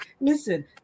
listen